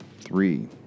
Three